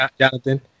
Jonathan